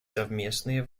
совместные